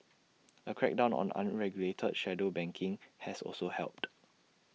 A crackdown on unregulated shadow banking has also helped